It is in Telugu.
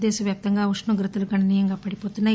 దేశ వ్యాప్తంగా ఉష్ణోగ్రతలు గణనీయంగా పడిపోతున్నాయి